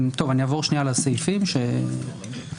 אני אעבור על הסעיפים של החוק.